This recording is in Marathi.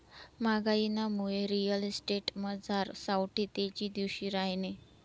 म्हागाईनामुये रिअल इस्टेटमझार सावठी तेजी दिवशी रहायनी